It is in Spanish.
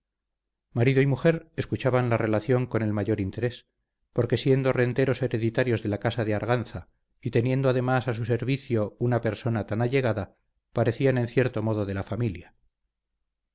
marido y mujer escuchaban la relación con el mayor interés porque siendo renteros hereditarios de la casa de arganza y teniendo además a su servicio una persona tan allegada parecían en cierto modo de la familia